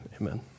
amen